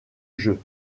jeux